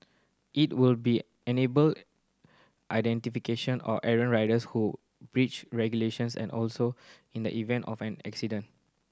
it will be enable identification of errant riders who breach regulations and also in the event of an accident